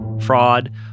fraud